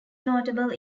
notable